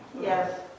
Yes